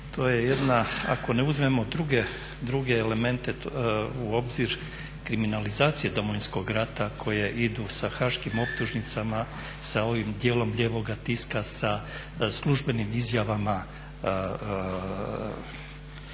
to je jedna ako ne uzmemo druge elemente u obzir kriminalizacija Domovinskog rata koje idu sa haškim optužnicama, sa ovim dijelom lijevoga tiska službenim izjavama